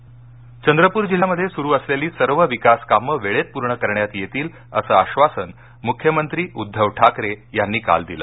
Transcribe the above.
मख्यमंत्री चंद्रपूर जिल्ह्यामध्ये सुरू असलेली सर्व विकास कामं वेळेत पूर्ण करण्यात येतील असं आश्वासन मुख्यमंत्री उद्धव ठाकरे यांनी काल दिलं